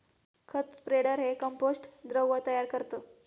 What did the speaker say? खत स्प्रेडर हे कंपोस्ट द्रव तयार करतं